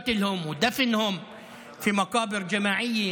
הריגתם וקבורתם בקברי אחים?